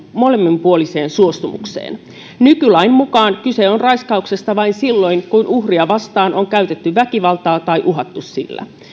molemminpuoliseen suostumukseen nykylain mukaan kyse on raiskauksesta vain silloin kun uhria vastaan on käytetty väkivaltaa tai uhattu sillä